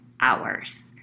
hours